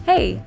Hey